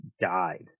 died